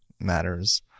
matters